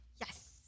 Yes